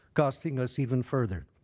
costing us even further.